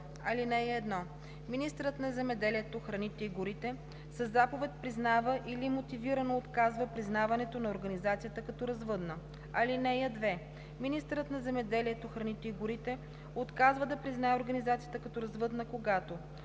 29б. (1) Министърът на земеделието, храните и горите със заповед признава или мотивирано отказва признаването на организацията като развъдна. (2) Министърът на земеделието, храните и горите отказва да признае организацията като развъдна, когато: